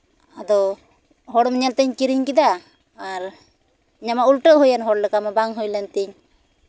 ᱟᱫᱚ ᱦᱚᱲ ᱧᱮᱞ ᱛᱤᱧ ᱠᱤᱨᱤᱧ ᱠᱮᱫᱟ ᱟᱨ ᱚᱱᱟᱢᱟ ᱩᱞᱴᱟᱹ ᱦᱩᱭᱮᱱ ᱦᱚᱲ ᱞᱮᱠᱟ ᱢᱟ ᱵᱟᱝ ᱦᱩᱭ ᱞᱮᱱ ᱛᱤᱧ